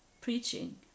Preaching